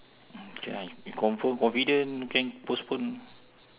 okay ah you you confirm confident can postpone